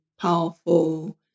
powerful